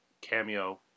cameo